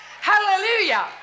Hallelujah